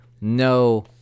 no